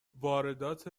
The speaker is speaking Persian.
واردات